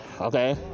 okay